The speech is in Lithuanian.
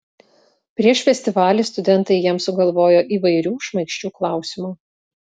prieš festivalį studentai jiems sugalvojo įvairių šmaikščių klausimų